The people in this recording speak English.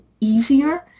easier